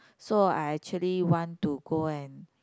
so I actually want to go and